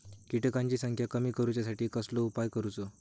किटकांची संख्या कमी करुच्यासाठी कसलो उपाय करूचो?